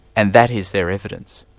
and that is their evidence.